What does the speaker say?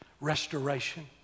restoration